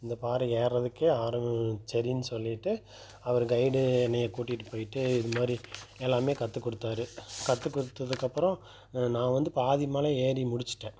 இந்த பாறை ஏர்றதுக்கே ஆரம் சரின்னு சொல்லிவிட்டு அவர் கைடு என்னை கூட்டிகிட்டு போய்விட்டு இது மாதிரி எல்லாமே கற்று கொடுத்தாரு கற்று கொடுத்ததுக்கு அப்புறம் நான் வந்து பாதி மலை ஏறி முடிச்சுட்டேன்